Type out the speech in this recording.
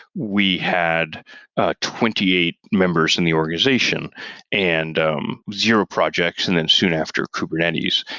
we had twenty eight members in the organization and um zero projects, and then soon after kubernetes.